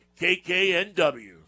KKNW